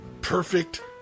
perfect